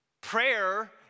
Prayer